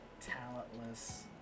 Talentless